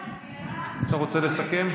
השר חמד עמאר, אתה רוצה לסכם?